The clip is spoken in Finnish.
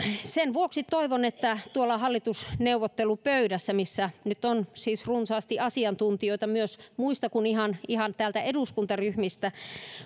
sen vuoksi toivon että tuolla hallitusneuvottelupöydässä missä nyt siis on runsaasti asiantuntijoita myös muista kuin ihan ihan eduskuntaryhmistä